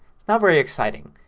not very exciting.